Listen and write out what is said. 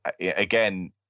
again